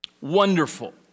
Wonderful